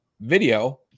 video